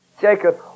Jacob